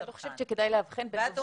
אני לא חושבת שכדאי להבחין בין העולים